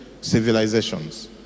civilizations